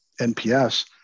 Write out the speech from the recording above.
NPS